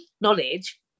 knowledge